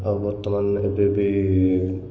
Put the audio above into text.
ଆଉ ବର୍ତ୍ତମାନ ଏବେ ବି